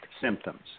symptoms